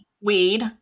Weed